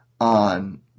on